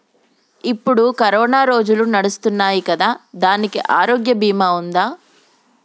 ఇప్పుడు కరోనా రోజులు నడుస్తున్నాయి కదా, దానికి ఆరోగ్య బీమా ఉందా?